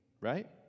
right